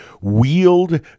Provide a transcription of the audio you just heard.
Wield